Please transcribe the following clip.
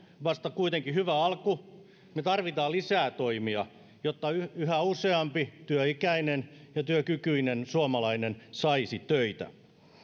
vasta hyvä alku me tarvitsemme lisää toimia jotta yhä useampi työikäinen ja työkykyinen suomalainen saisi töitä